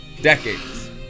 decades